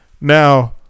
now